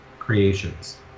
creations